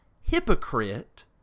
hypocrite